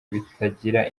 bitagira